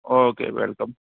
okay welcome